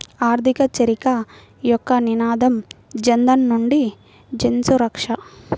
ఆర్థిక చేరిక యొక్క నినాదం జనధన్ నుండి జన్సురక్ష